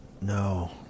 No